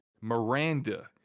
Miranda